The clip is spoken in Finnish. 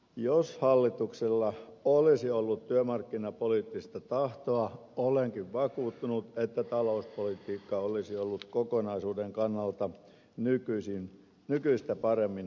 jos hallituksella olisi ollut työmarkkinapoliittista tahtoa olenkin vakuuttunut että talouspolitiikka olisi ollut kokonaisuuden kannalta nykyistä paremmin hallussa